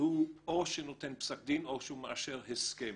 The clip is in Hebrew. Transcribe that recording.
והוא או שנותן פסק דין הוא שהוא מאשר הסכם,